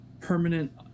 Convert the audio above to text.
permanent